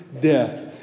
death